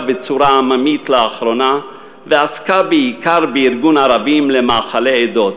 בצורה עממית לאחרונה ועסקה בעיקר בארגון ערבים למאכלי עדות.